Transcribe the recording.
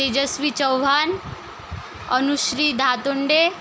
Tejashwi Chavan Anushree Dahatonde